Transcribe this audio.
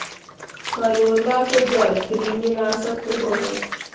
करौंदा के जड़ कृमिनाशक होबा हइ